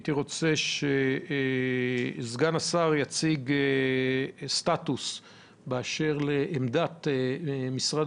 הייתי רוצה שסגן השר יציג סטטוס באשר לעמדת משרד